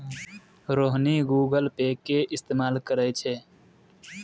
Rohini Google Pay के इस्तेमाल करै छै